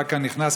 לח"כ הנכנס.